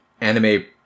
anime